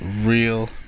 real